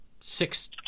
Six